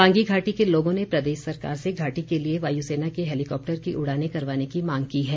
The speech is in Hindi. पांगी घाटी के लोगों ने प्रदेश सरकार से घाटी के लिए वायुसेना के हैलीकॉप्टर की उड़ाने करवाने की मांग की है